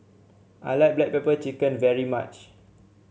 I like Black Pepper Chicken very much